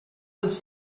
was